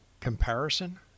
comparison